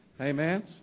amen